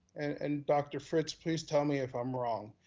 and dr. fritz, please tell me if i'm wrong.